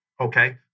Okay